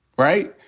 right?